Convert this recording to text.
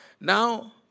Now